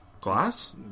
Glass